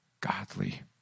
Godly